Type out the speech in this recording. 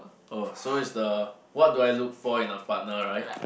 oh so is the what do I look for in a partner right